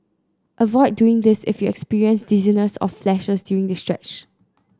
avoid doing this if you experience dizziness or flashes during the stretch